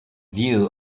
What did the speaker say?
view